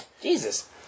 Jesus